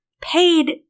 paid